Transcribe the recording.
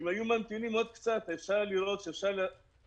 אם היו ממתינים עוד קצת זמן אפשר היה לראות שאפשר להמשיך